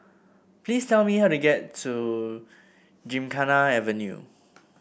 please tell me how to get to Gymkhana Avenue